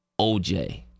OJ